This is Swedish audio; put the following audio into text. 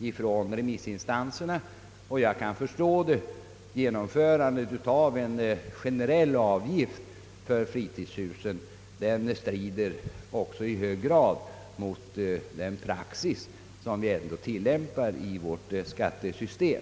i remissinstanserna, och jag kan förstå det. Genomförandet av en generell avgift för fritidshusen strider i hög grad mot den praxis, som vi tillämpar inom vårt skattesystem.